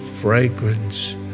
fragrance